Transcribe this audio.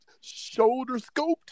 shoulder-scoped